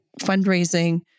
fundraising